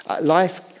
life